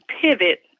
pivot